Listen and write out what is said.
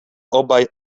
obaj